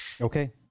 Okay